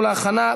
התשע"ו 2016,